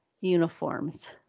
uniforms